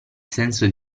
senso